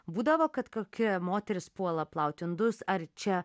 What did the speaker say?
būdavo kad kokia moteris puola plaut indus ar čia